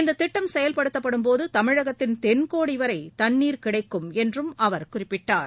இந்தத் திட்டம் செயல்படுத்தப்படும்போது தமிழகத்தின் தென்கோடி வரை தண்ணீர் கிடைக்கும் என்றும் அவர் குறிப்பிட்டார்